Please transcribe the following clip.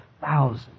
thousands